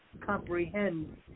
comprehend